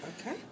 Okay